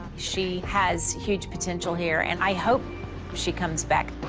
she has huge potential here and i hope she comes back.